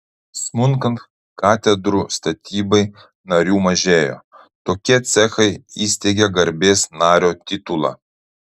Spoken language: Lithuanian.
smunkant katedrų statybai narių mažėjo tokie cechai įsteigė garbės nario titulą